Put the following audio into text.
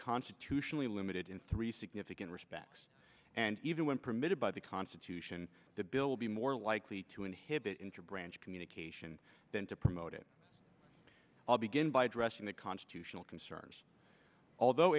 constitutionally limited in three significant respects and even when permitted by the constitution the bill be more likely to inhibit intra branch communication than to promote it i'll begin by addressing the constitutional concerns although